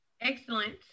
Excellent